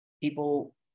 people